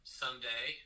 someday